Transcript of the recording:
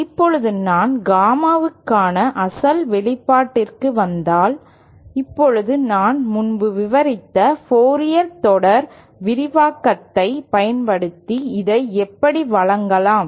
இப்போது நான் காமாவுக்கான அசல் வெளிப்பாட்டிற்கு வந்தால் இப்போது நான் முன்பு விவரித்த ஃபோரியர் தொடர் விரிவாக்கத்தைப் பயன்படுத்தி இதை இப்படி வழங்கலாம்